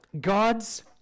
God's